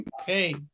Okay